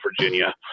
Virginia